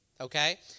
Okay